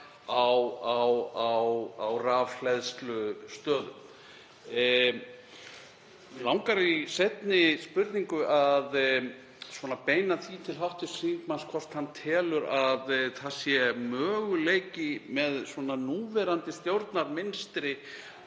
á rafhleðslustöðvum. Mig langar í seinni spurningu að beina því til hv. þingmanns hvort hann telji að það sé möguleiki með núverandi stjórnarmynstri